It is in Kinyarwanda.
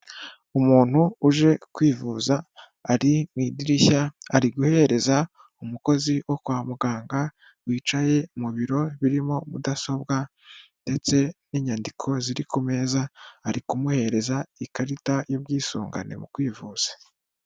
Umuntu uje kwivuza ari mu idirishya ari guhereza umukozi wo kwa muganga, wicaye mu biro birimo mudasobwa, ndetse n'inyandiko ziri ku meza, ari kumuwohereza ikarita y'ubwisungane mu kwivuza.